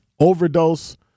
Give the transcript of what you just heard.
overdose